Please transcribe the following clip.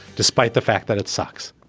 despite the fact that it sucks